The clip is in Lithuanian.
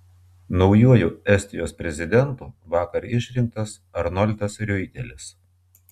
naujuoju estijos prezidentu vakar išrinktas arnoldas riuitelis